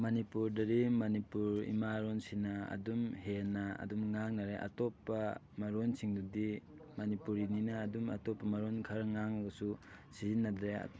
ꯃꯅꯤꯄꯨꯔꯗꯗꯤ ꯃꯅꯤꯄꯨꯔ ꯏꯃꯥꯂꯣꯟꯁꯤꯅ ꯑꯗꯨꯝ ꯍꯦꯟꯅ ꯑꯗꯨꯝ ꯉꯥꯡꯅꯔꯦ ꯑꯇꯣꯞꯄ ꯃꯔꯣꯜꯁꯤꯡꯗꯨꯗꯤ ꯃꯅꯤꯄꯨꯔꯤꯅꯤꯅ ꯑꯗꯨꯝ ꯑꯇꯣꯞꯄ ꯃꯔꯣꯟ ꯈꯔ ꯉꯥꯡꯉꯒꯁꯨ ꯁꯤꯖꯤꯟꯅꯗ꯭ꯔꯦ